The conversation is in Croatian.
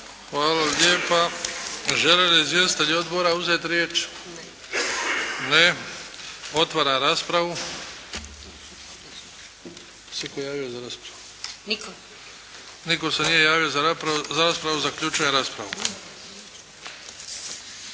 Hvala lijepa. Žele li izvjestitelji odbora uzeti riječ? Ne. Otvaram raspravu. Je li se itko javio za raspravu? Nitko se nije javio za raspravu. Zaključujem raspravu.